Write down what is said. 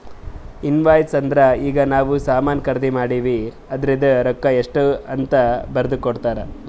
invoice ಅಂದುರ್ ಈಗ ನಾವ್ ಸಾಮಾನ್ ಖರ್ದಿ ಮಾಡಿವ್ ಅದೂರ್ದು ರೊಕ್ಕಾ ಎಷ್ಟ ಅಂತ್ ಬರ್ದಿ ಕೊಡ್ತಾರ್